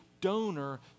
donor